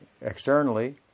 externally